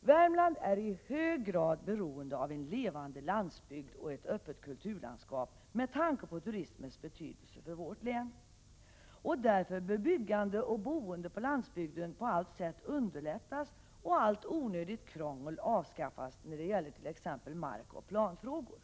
Värmland är i hög grad beroende av en levande landsbygd och ett öppet kulturlandskap med tanke på turismens betydelse för länet. Därför bör byggande och boende på landsbygden på alla sätt underlättas och allt onödigt krångel avskaffas när det gäller t.ex. markoch planfrågor.